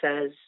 says